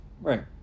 Right